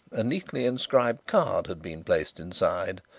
a neatly inscribed card had been placed inside,